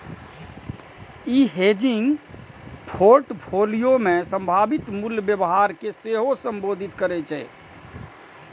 ई hedging portfolio मे संभावित मूल्य व्यवहार कें सेहो संबोधित करै छै